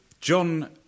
John